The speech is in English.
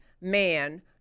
man